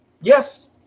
yes